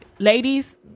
Ladies